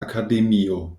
akademio